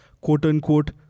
quote-unquote